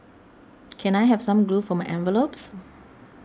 can I have some glue for my envelopes